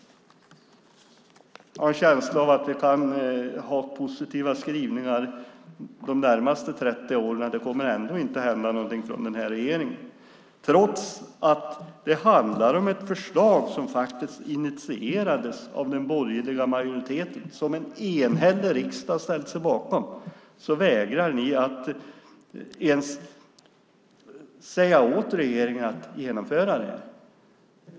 Jag har en känsla av att vi kan få se positiva skrivningar de närmaste 30 åren, men det kommer ändå inte att komma någonting från den här regeringen. Trots att det handlar om ett förslag som initierades av den borgerliga majoriteten och som en enhällig riksdag har ställt sig bakom vägrar ni att ens säga åt regeringen att genomföra detta.